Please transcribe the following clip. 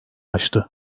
açtı